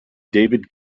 david